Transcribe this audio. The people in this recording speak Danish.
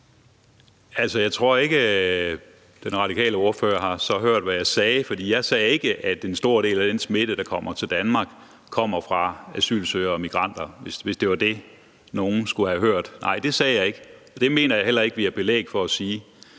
jeg tror ikke, at den radikale ordfører så har hørt, hvad jeg sagde, for jeg sagde ikke, at en stor del af den smitte, der kommer til Danmark, kommer fra asylansøgere og migranter, hvis det var det, nogen skulle have hørt. Nej, det sagde jeg ikke, og det mener jeg heller ikke vi har belæg for at sige.